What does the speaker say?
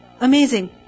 Amazing